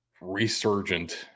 resurgent